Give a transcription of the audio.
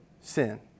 sin